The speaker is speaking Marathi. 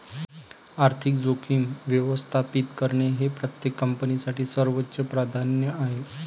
आर्थिक जोखीम व्यवस्थापित करणे हे प्रत्येक कंपनीसाठी सर्वोच्च प्राधान्य आहे